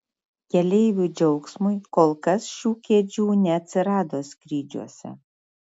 keleivių džiaugsmui kol kas šių kėdžių neatsirado skrydžiuose